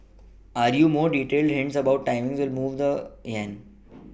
any more detailed hints about timing will move the yen